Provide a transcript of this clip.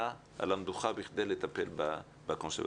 על המדוכה בכדי לטפל בקונסרבטוריונים.